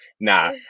Nah